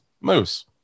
Moose